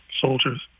soldiers